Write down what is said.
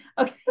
okay